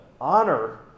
honor